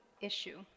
issue